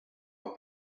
are